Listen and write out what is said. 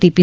T P